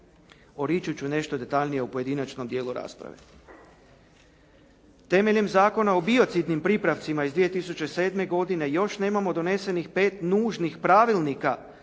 O Richu ću nešto detaljnije u pojedinačnom dijelu rasprave. Temeljem Zakona o biocidnim pripravcima iz 2007. godine još nemamo donesenih pet nužnih pravilnika za